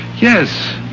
Yes